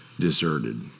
deserted